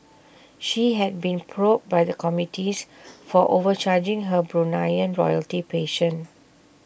she had been probed by the committees for overcharging her Bruneian royalty patient